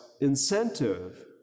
incentive